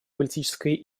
политической